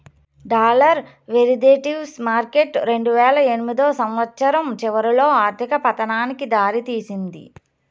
dollar derivatives market రెండువేల ఎనిమిదో సంవచ్చరం చివరిలో ఆర్థిక పతనానికి దారి తీసింది